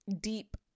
Deep